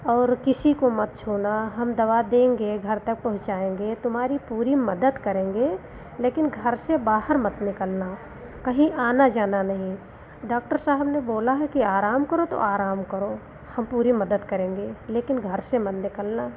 और किसी को मत छूना हम दवा देंगे घर तक पहुँचाएँगे तुम्हारी पूरी मदद करेंगे लेकिन घर से बाहर मत निकलना कहीं आना जाना नहीं डॉक्टर साहब ने बोला है कि आराम करो तो आराम करो हम पूरी मदद करेंगे लेकिन घर से मत निकलना